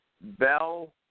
Bell